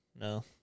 No